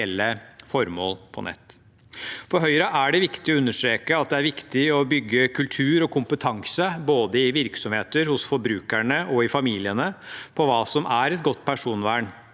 formål på nett. Høyre vil understreke at det er viktig å bygge kultur og kompetanse både i virksomheter, hos forbrukerne og i familiene på hva som er et godt personvern,